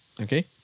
okay